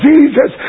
Jesus